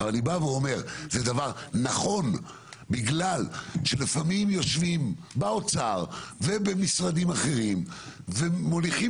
זה דבר נכון בגלל שלפעמים יושבים באוצר ובמשרדים אחרים ומוליכים